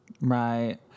Right